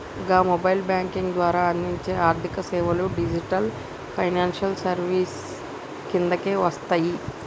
గా mobile banking ద్వారా అందించే ఆర్థికసేవలు డిజిటల్ ఫైనాన్షియల్ సర్వీసెస్ కిందకే వస్తయి